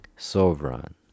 Sovereign